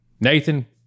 Nathan